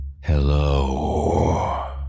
Hello